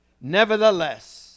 Nevertheless